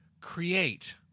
create